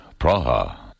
Praha